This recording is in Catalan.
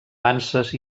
panses